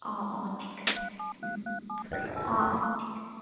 অঁ অঁ ঠিক আছে অঁ অঁ ঠিক আছে